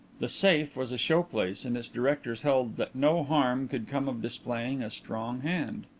the safe was a showplace and its directors held that no harm could come of displaying a strong hand.